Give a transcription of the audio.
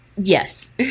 Yes